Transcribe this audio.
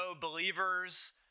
believers